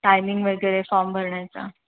timing वगैरे form भरण्याचा